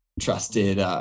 trusted